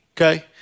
okay